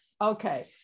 okay